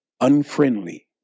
unfriendly